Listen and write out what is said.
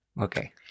Okay